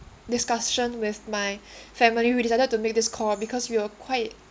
discussion with my family we decided to make this call because we were quite